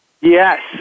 Yes